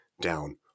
down